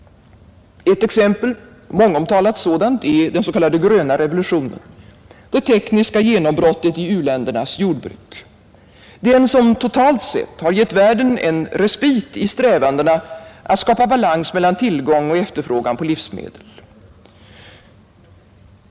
Ett exempel — mångomtalat sådant — är den s.k. ”gröna revolutionen”, det tekniska genombrottet i u-ländernas jordbruk, den som totalt sett har gett världen en respit i strävandena att skapa balans mellan tillgång och efterfrågan på livsmedel.